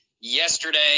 yesterday